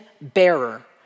bearer